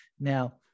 Now